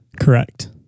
Correct